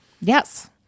Yes